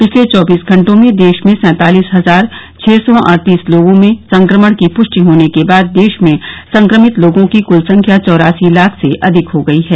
पिछले चौबीस घंटों में देश में सैंतालिस हजार छः सौ अड़तीस लोगों में संक्रमण की पुष्टि होने के बाद देश में संक्रमित लोगों की क्ल संख्या चौरासी लाख से अधिक हो गई है